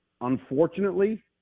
unfortunately